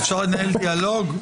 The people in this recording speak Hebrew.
אפשר לנהל דיאלוג?